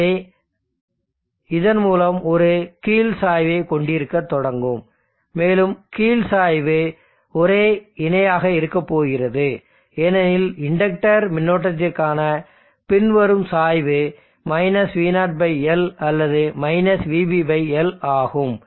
எனவே இதன் மூலம் அது ஒரு கீழ் சாய்வைக் கொண்டிருக்கத் தொடங்கும் மேலும் கீழ் சாய்வு ஒரே இணையாக இருக்கப் போகிறது ஏனெனில் இண்டக்டர் மின்னோட்டத்திற்கான பின்வரும் சாய்வு -v0L அல்லது vBL ஆகும்